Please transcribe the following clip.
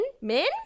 Min